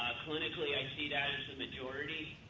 ah clinically i see that as a majority.